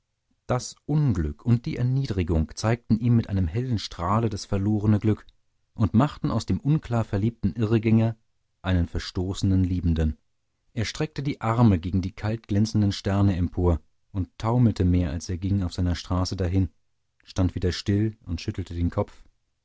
das unglück und die erniedrigung zeigten ihm mit einem hellen strahle das verlorene glück und machten aus dem unklar verliebten irrgänger einen verstoßenen liebenden er streckte die arme gegen die kalt glänzenden sterne empor und taumelte mehr als er ging auf seiner straße dahin stand wieder still und schüttelte den kopf